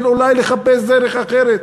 של אולי לחפש דרך אחרת.